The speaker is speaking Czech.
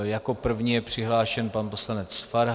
Jako první je přihlášen pan poslanec Farhan.